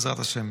בעזרת השם.